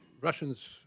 Russians